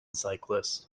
cyclist